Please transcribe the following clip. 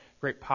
great